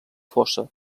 fossa